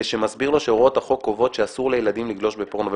ושמסביר לו שהוראות החוק קובעות שאסור לילדים לגלוש בפורנו,